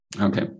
Okay